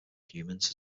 humans